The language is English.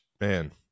man